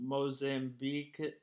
Mozambique